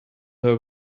her